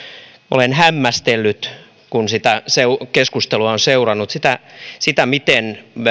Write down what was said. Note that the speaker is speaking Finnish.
olen hämmästellyt sitä kun sitä keskustelua on seurannut miten